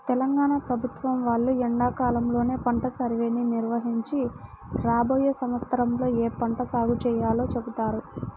తెలంగాణ ప్రభుత్వం వాళ్ళు ఎండాకాలంలోనే పంట సర్వేని నిర్వహించి రాబోయే సంవత్సరంలో ఏ పంట సాగు చేయాలో చెబుతారు